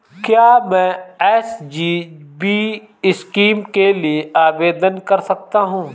क्या मैं SGB scheme के लिए आवेदन कर सकता हूँ?